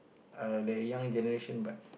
uh the young generation but